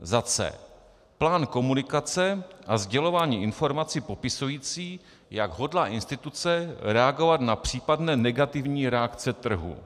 c) plán komunikace a sdělování informací popisující, jak hodlá instituce reagovat na případné negativní reakce trhu,